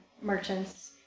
merchants